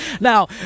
Now